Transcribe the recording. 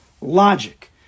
logic